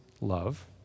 love